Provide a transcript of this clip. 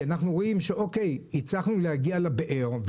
כי אנחנו רואים שהצלחנו להגיע לבאר.